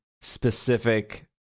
specific